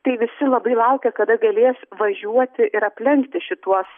tai visi labai laukia kada galės važiuoti ir aplenkti šituos